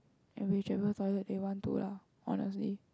and which ever toilet they want to lah honestly